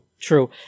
True